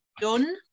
done